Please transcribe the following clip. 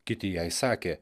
kiti jai sakė